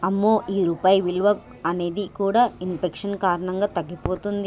అమ్మో ఈ రూపాయి విలువ అనేది కూడా ఇన్ఫెక్షన్ కారణంగా తగ్గిపోతుంది